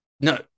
No